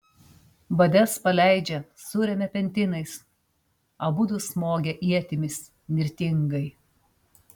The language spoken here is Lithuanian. vades paleidžia suremia pentinais abudu smogia ietimis nirtingai